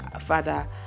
father